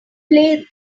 play